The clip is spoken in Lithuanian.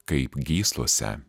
kaip gyslose